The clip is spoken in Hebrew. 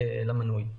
למנוי.